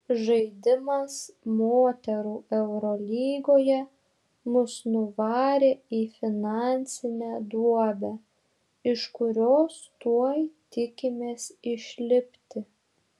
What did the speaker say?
žaidimas moterų eurolygoje mus nuvarė į finansinę duobę iš kurios tuoj tikimės išlipti